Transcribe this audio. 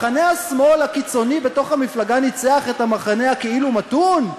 מחנה השמאל הקיצוני בתוך המפלגה ניצח את המחנה הכאילו-מתון?